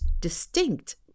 distinct